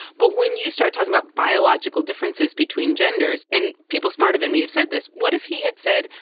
but when you start talking about biological differences between genders and people smarter than me have said this. what if he had said,